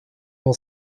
mon